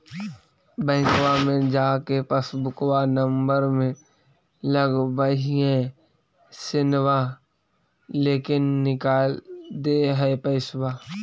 बैंकवा मे जा के पासबुकवा नम्बर मे लगवहिऐ सैनवा लेके निकाल दे है पैसवा?